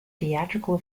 theatrical